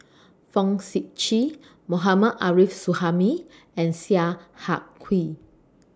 Fong Sip Chee Mohammad Arif Suhaimi and Sia